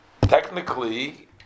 technically